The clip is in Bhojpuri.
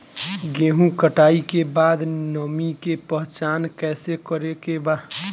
गेहूं कटाई के बाद नमी के पहचान कैसे करेके बा?